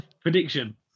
Prediction